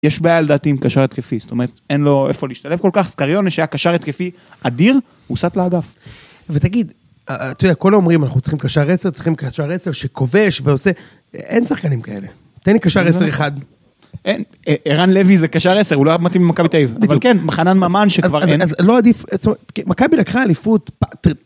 יש בעיה לדעתי עם קשר התקפי, זאת אומרת, אין לו איפה להשתלב כל כך, סקריונה שהיה קשר התקפי, אדיר, הוסת לה אגף. ותגיד, את יודע, כולם אומרים, אנחנו צריכים קשר עשר, צריכים קשר עשר, שכובש ועושה, אין שחקנים כאלה. תן לי קשר עשר אחד. אין, ערן לוי זה קשר עשר, הוא לא מתאים למכבי תל אביב, אבל כן, מחנן ממן שכבר אין. אז לא עדיף, זאת אומרת, מכבי לקחה אליפות,